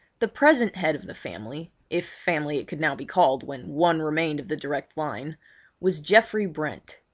the present head of the family if family it could now be called when one remained of the direct line was geoffrey brent.